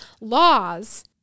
laws